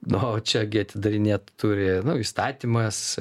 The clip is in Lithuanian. na o čia gi atidarinėt turi įstatymas